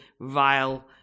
vile